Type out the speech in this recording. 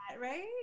right